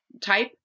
type